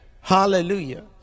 Hallelujah